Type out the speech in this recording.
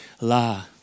la